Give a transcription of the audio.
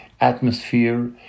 atmosphere